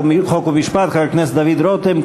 חוק ומשפט חבר הכנסת דוד רותם.